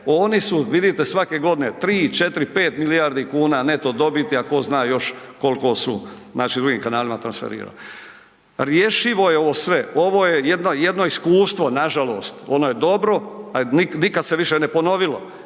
oni su vidite svake godine 3,4,5 milijardi kuna neto dobiti, a tko zna još koliko su drugim kanalima transferirali. Rješivo je ovo sve, ovo je jedno iskustvo nažalost, ono je dobro, ali nikad se više ne ponovilo.